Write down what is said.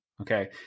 okay